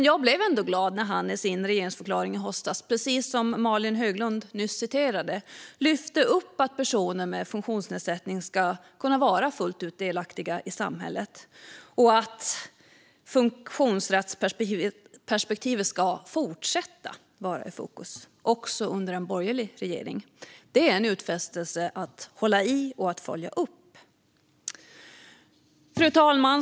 Jag blev ändå glad när han i sin regeringsförklaring i höstas, precis som Malin Höglund nyss citerade, lyfte upp att personer med funktionsnedsättning fullt ut ska kunna vara delaktiga i samhället och att funktionsrättsperspektivet ska fortsätta att vara i fokus också under en borgerlig regering. Det är en utfästelse att hålla i och att följa upp. Fru talman!